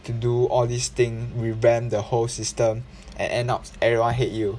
to do all these thing revamp the whole system and end up everyone hate you